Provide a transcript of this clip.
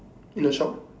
in the shop